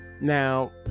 now